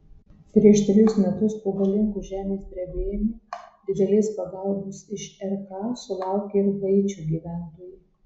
prieš trejus metus po galingo žemės drebėjimo didelės pagalbos iš rk sulaukė ir haičio gyventojai